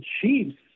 Chiefs